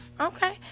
Okay